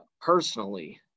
personally